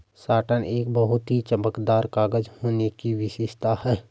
satin एक बहुत ही चमकदार कागज होने की विशेषता है